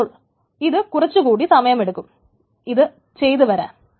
അപ്പോൾ ഇത് കുറച്ചു സമയം എടുക്കും ഇത് ചെയ്ത് വരാൻ